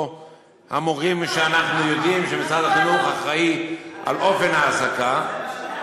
המורים שאנחנו יודעים שמשרד החינוך אחראי לאופן העסקתם,